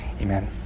Amen